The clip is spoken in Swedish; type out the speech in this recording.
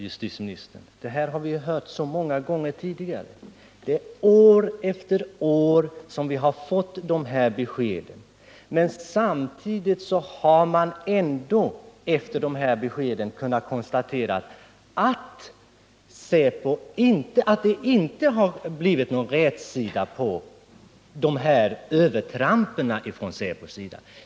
Herr talman! Detta har vi hört många gånger tidigare. År efter år har vi fått sådana här besked, men samtidigt har vi kunnat konstatera att det inte blivit någon rätsida när det gäller säpos övertramp.